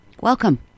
welcome